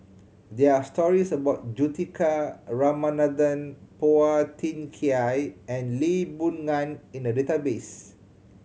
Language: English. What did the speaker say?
there are stories about Juthika Ramanathan Phua Thin Kiay and Lee Boon Ngan in the database